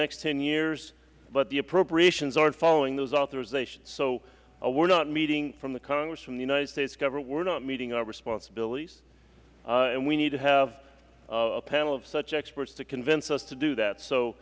next ten years but the appropriations aren't following those authorizations so we are not meeting from the congress from the united states government we are not meeting our responsibilities and we need to have a panel of such experts to convince us to do that so